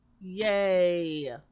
Yay